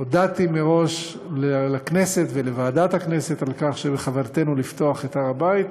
הודעתי מראש לכנסת ולוועדת הכנסת שבכוונתנו לפתוח את הר הבית,